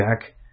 Jack